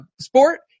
sport